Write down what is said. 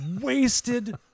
wasted